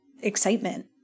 excitement